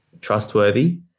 trustworthy